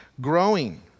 growing